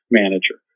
manager